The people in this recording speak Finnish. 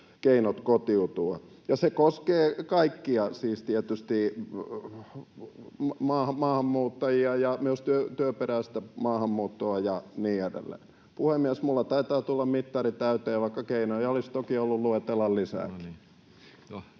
keinot kotiutua, ja se koskee kaikkia, siis tietysti maahanmuuttajia ja myös työperäistä maahanmuuttoa ja niin edelleen. Puhemies! Minulla taitaa tulla mittari täyteen, vaikka keinoja olisi toki ollut luetella lisääkin.